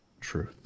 truth